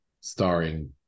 starring